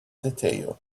detail